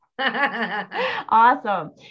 Awesome